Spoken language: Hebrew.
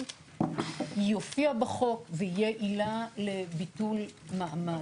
יופיע בחוק ויהיה עילה לביטול מעמד.